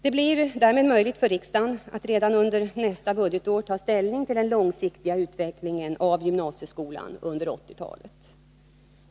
Det blir därmed möjligt för riksdagen att redan under nästa budgetår ta ställning till den långsiktiga utvecklingen av gymnasieskolan under 1980 talet.